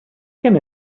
can